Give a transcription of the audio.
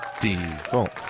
Default